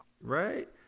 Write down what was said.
Right